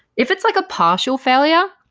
if it's like a partial failure,